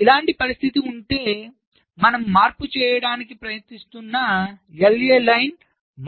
మనకు ఇలాంటి పరిస్థితి ఉంటే మనము మార్పు చేయడానికి ప్రయత్నిస్తున్న పంక్తి LA